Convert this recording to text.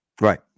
Right